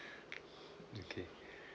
okay